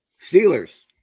Steelers